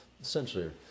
essentially